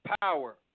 power